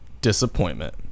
Disappointment